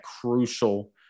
crucial